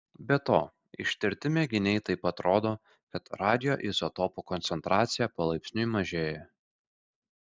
be to ištirti mėginiai taip pat rodo kad radioizotopo koncentracija palaipsniui mažėja